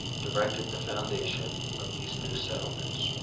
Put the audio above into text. directed the foundation of these new settlements.